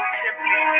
simply